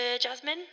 Jasmine